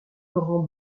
laurent